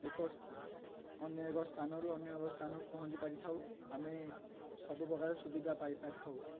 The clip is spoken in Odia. ଏକ ଅନ୍ୟ ଏକ ସ୍ଥାନରୁ ଅନ୍ୟ ଏକ ସ୍ଥାନକୁ ପହଞ୍ଚି ପାରିଥାଉ ଆମେ ସବୁପ୍ରକାର ସୁବିଧା ପାଇପାରିଥାଉ